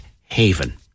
Haven